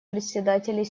председателей